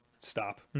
stop